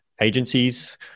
agencies